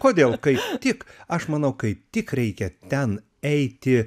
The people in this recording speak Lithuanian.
kodėl kaip tik aš manau kaip tik reikia ten eiti